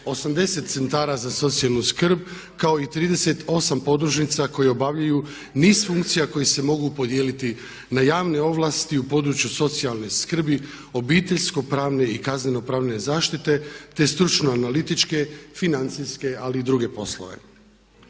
80 centara za socijalnu skrb kao i 38 podružnica koje obavljaju niz funkcija koje se mogu podijeliti na javne ovlasti u području socijalne skrbi, obiteljsko pravne i kazneno pravne zaštite te stručno analitičke, financijske ali i druge poslove.